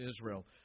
Israel